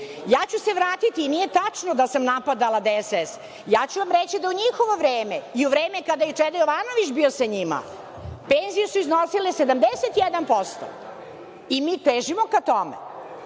Ja ću se vratiti, nije tačno da sam napadala DSS. Reći ću vam da u njihovo vreme i u vreme kada je Čeda Jovanović bio sa njima, penzije su iznosile 71% i mi težim ka tome.